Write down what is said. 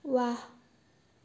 ৱাহ